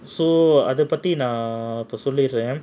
so அத பத்தி நான் இப்போ சொல்லிடறேன்:adha pathi naan ippo solidraen